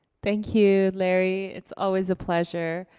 thanks you larry, it's always a pleasure.